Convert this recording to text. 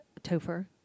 Topher